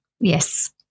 Yes